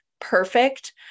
perfect